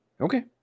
Okay